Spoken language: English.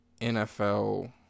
NFL